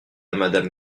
madame